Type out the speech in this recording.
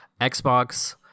xbox